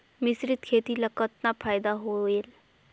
मिश्रीत खेती ल कतना फायदा होयल?